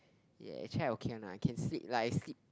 ya actually I okay one lah I can sleep like I sleep